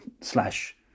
slash